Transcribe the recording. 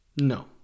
No